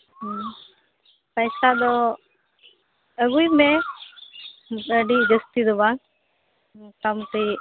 ᱯᱟᱭᱥᱟ ᱫᱚ ᱟᱹᱜᱩᱭ ᱢᱮ ᱟᱹᱰᱤ ᱡᱟᱹᱥᱛᱤ ᱫᱚ ᱵᱟᱝ ᱢᱚᱴᱟᱢᱩᱴᱤ